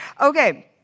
Okay